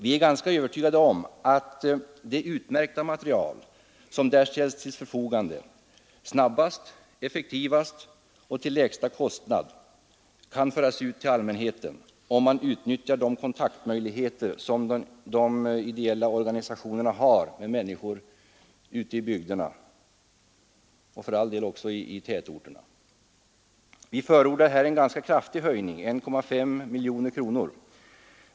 Vi är ganska övertygade om att det utmärkta material som där ställs till förfogande snabbast, effektivast och till lägsta kostnad kan föras ut till allmänheten, om man utnyttjar de kontakter som de ideella organisationerna har med människorna ute i bygderna — och för all del också i tätorterna. Vi förordar här en ganska kraftig höjning — 1,5 miljoner kronor.